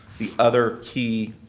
the other key